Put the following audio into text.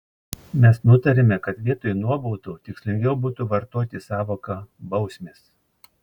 mes nutarėme kad vietoj nuobaudų tikslingiau būtų vartoti sąvoką bausmės